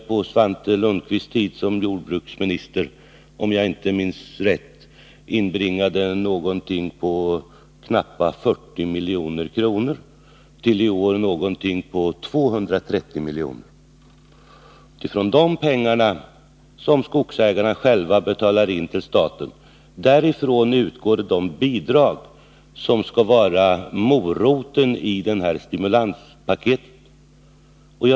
På Svante Lundkvists tid som jordbruksminister inbringade den, om jag inte minns fel, knappa 40 milj.kr. mot i år ungefär 230 milj.kr. Från dessa pengar som skogsägarna själva har betalat in till staten utgår de bidrag som skall vara moroten i detta stimulanspaket.